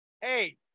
hey